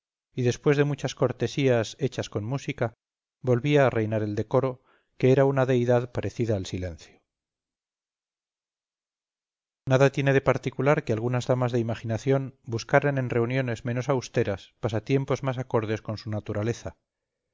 y después de muchas cortesías hechas con música volvía a reinar el decoro que era una deidad parecida al silencio nada tiene de particular que algunas damas de imaginación buscaran en reuniones menos austeras pasatiempos más acordes con su naturaleza